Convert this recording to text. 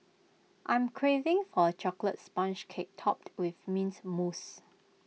I'm craving for A Chocolate Sponge Cake Topped with Mint Mousse